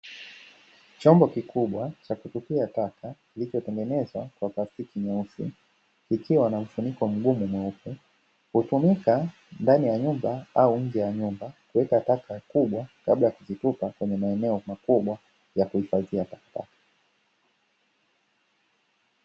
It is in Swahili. Chombo kikubwa cha kutupia taka kilicho tengenezwa kwa plastiki nyeusi, kikiwa na mfuniko mgumu mweupe, hutumika ndani ya nyumba au nje ya nyumba kuweka taka kubwa kabla ya kuzitupa kwenye maeneo makubwa ya kuhifadhia taka.